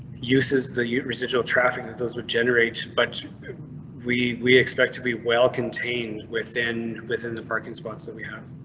uses the residual traffic that those would generate, but we we expect to be well contained within within the parking spots that we have.